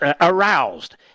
aroused